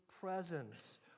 presence